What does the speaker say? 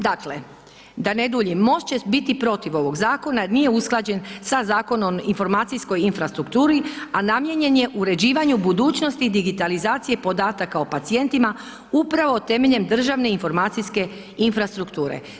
Dakle, da ne duljim MOST će biti protiv ovog zakona jer nije usklađen sa Zakonom informacijskoj infrastrukturi, a namijenjen je uređivanju budućnosti digitalizacije podataka o pacijentima upravo temeljem državne informacijske infrastrukture.